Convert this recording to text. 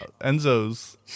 Enzo's